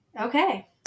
Okay